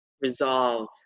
resolve